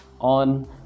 on